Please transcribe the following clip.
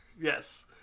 Yes